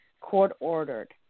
court-ordered